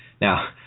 Now